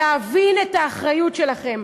להבין את האחריות שלכם,